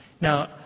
now